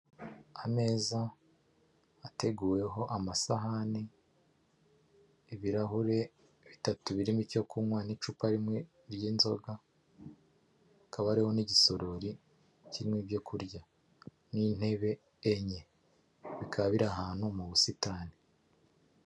Ameza ateguweho amasahani, ibirahure bitatu birimo icyo kunywa, n'icupa rimwe ry'inzoga, hakaba hariho n'igisorori kirimo ibyo kurya. N'intebe enye. Bikaba biri ahantu mu busitani.